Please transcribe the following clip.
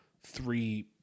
three